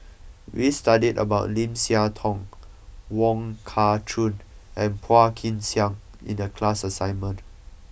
we studied about Lim Siah Tong Wong Kah Chun and Phua Kin Siang in the class assignment